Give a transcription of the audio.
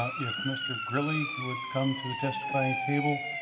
ah if mr. grilli would come to the testifying table.